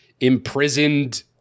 imprisoned